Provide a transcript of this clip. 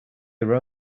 your